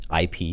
IP